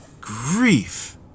grief